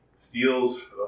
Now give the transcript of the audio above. steals